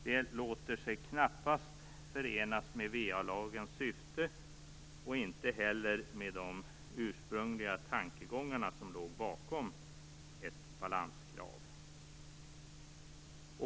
Det låter sig knappast förenas med VA-lagens syfte och inte heller med de ursprungliga tankegångar som låg bakom detta med ett balanskrav.